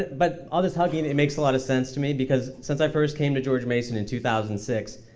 but all this hugging, it makes a lot of sense to me. because since i first came to george mason in two thousand and six,